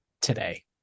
today